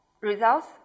results